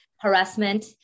harassment